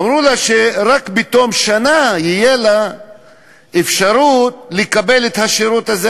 אמרו לה שרק בתום שנה תהיה לה אפשרות לקבל את השירות הזה,